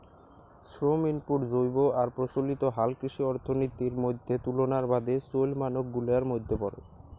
শ্রম ইনপুট জৈব আর প্রচলিত হালকৃষি অর্থনীতির মইধ্যে তুলনার বাদে চইল মানক গুলার মইধ্যে পরে